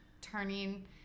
turning